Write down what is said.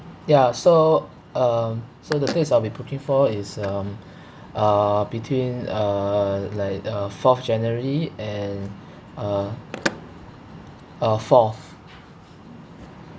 ya so um so the dates I'll be booking for is um uh between uh like the fourth january and uh uh fourth